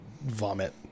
vomit